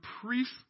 priest